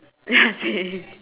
ya same